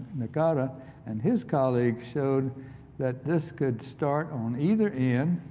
like ah but and his colleagues showed that this could start on either end